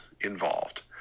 involved